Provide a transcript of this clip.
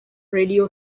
radio